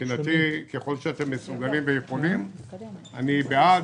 מבחינתי ככל שאתם מסוגלים ויכולים אני בעד.